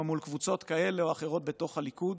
או מול קבוצות כאלה או אחרות בתוך הליכוד.